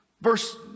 Verse